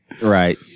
Right